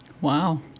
Wow